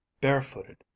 barefooted